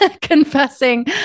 confessing